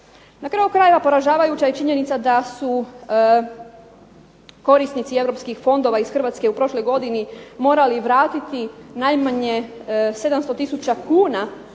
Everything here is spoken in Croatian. Na kraju krajeva poražavajuća je činjenica da su korisnici europskih fondova iz Hrvatske u prošloj godini morali vratiti najmanje 700 tisuća